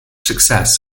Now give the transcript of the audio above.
success